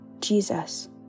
Jesus